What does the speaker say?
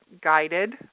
guided